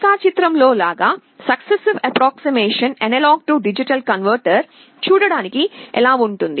రేఖ చిత్రం లో లాగా successive approximation A D converter చూడడానికి ఎలా ఉంటుంది